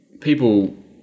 people